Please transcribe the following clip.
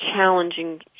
challenging